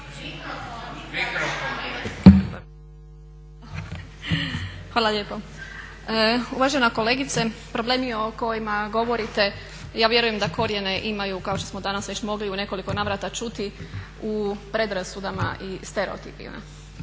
Hvala lijepo. Uvažena kolegice, problemi o kojima govorite ja vjerujem da korijene imaju kao što smo danas već mogli u nekoliko navrata čuti u predrasudama i stereotipima.